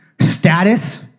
status